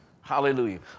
Hallelujah